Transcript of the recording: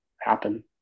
happen